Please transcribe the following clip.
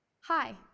Hi